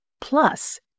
plus